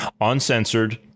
uncensored